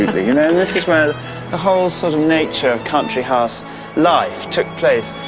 you know? and this is where the whole sort of nature of country house life took place,